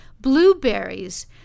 Blueberries